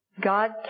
God